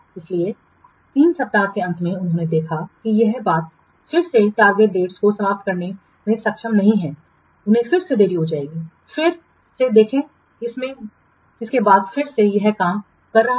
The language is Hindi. इसलिए 3 सप्ताह के अंत में उन्होंने देखा कि यह बात फिर से टारगेट डेट्सलक्षित तिथियों को समाप्त करने में सक्षम नहीं है उन्हें फिर से देरी हो जाएगी फिर से देखें इसके बाद फिर से यह काम कर रहा है